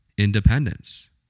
independence